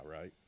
right